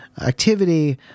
activity